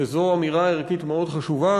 וזו אמירה ערכית מאוד חשובה,